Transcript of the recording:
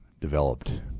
developed